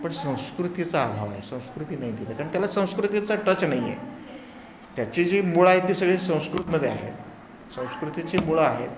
पण संस्कृतीचा अभाव आहे संस्कृती नाही तिथे कारण त्याला संस्कृतीचा टच नाही आहे त्याची जी मुळं आहे ती सगळी संस्कृतमध्ये आहेत संस्कृतीची मुळं आहेत